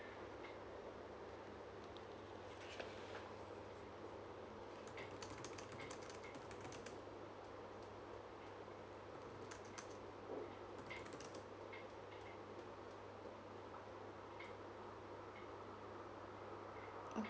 mm